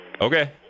Okay